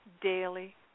daily